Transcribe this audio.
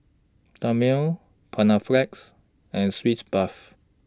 Dermale Panaflex and Sitz Bath